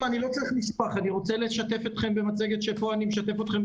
אני רוצה לשתף אתכם במצגת שפה אני משתף אתכם,